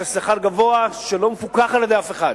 של שכר גבוה שלא מפוקח על-ידי אף אחד.